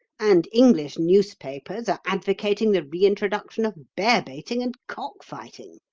and english newspapers are advocating the reintroduction of bear-baiting and cock-fighting.